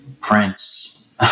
Prince